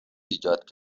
ایجاد